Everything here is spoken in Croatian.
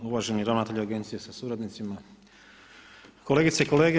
Uvaženi ravnatelju agencije sa suradnicima, kolegice i kolege.